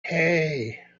hey